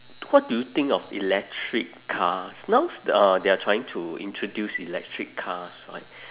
what do you think of electric cars now uh they are trying to introduce electric cars right